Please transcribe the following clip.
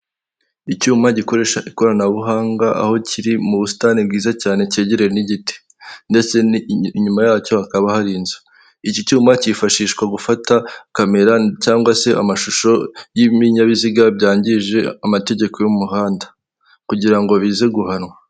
Icyuma gikoresha ikoranabuhanga aho kiri mu busitani bwiza cyane kegereye n'igiti, ndetse inyuma yacyo hakaba hari inzu, iki cyuma cyifashishwa gufata camera cyangwa se amashusho y'ibinyabiziga byangije amategeko y'umuhanda kugirango bize guhanwa.